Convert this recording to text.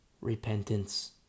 Repentance